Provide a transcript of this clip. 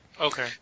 Okay